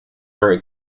our